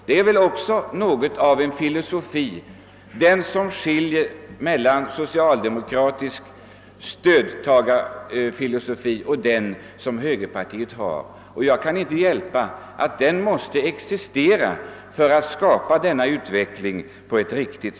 Det är denna högerpartiets filosofi som skiljer oss från socialdemokraterna med deras stödtagarfilosofi. Jag kan inte komma ifrån att vi måste följa vår filosofi för att kunna åstadkomma en riktig utveckling.